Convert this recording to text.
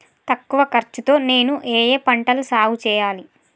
తక్కువ ఖర్చు తో నేను ఏ ఏ పంటలు సాగుచేయాలి?